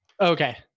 Okay